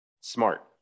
smart